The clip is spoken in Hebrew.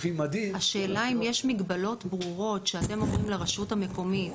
השאלה אם יש מגבלות ברורות שאתם אומרים לרשות המקומית,